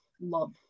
love